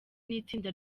n’itsinda